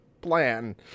plan